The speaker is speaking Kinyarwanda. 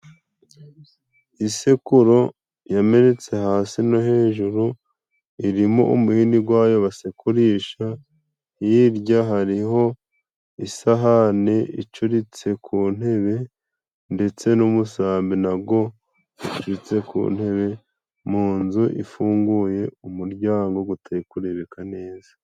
Isekuro yamenetse hasi no hejuru irimo umuhini wayo basekurisha, hirya hariho isahani icuritse ku ntebe ndetse n'umusambi na wo ucuritse ku ntebe ,mu nzu ifunguye umuryango utari kurebeka neza.